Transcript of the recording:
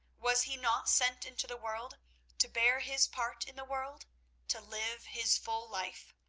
was he not sent into the world to bear his part in the world to live his full life?